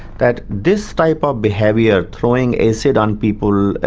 that this type of behaviour, throwing acid on people,